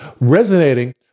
resonating